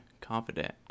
confident